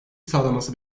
sağlaması